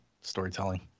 storytelling